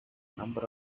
number